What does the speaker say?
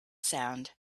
sand